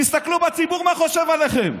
תסתכלו בציבור, מה הוא חושב עליכם.